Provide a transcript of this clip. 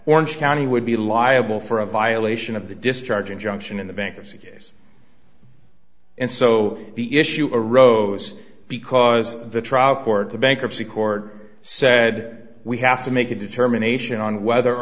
orange county would be liable for a violation of the discharge injunction in the bankruptcy guess and so the issue arose because the trial court the bankruptcy court said we have to make a determination on whether